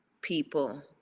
people